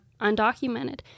undocumented